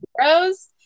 heroes